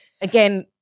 Again